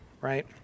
right